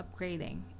upgrading